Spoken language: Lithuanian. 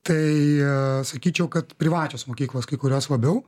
tai sakyčiau kad privačios mokyklos kai kurios labiau